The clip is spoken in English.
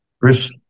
Chris